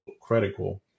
critical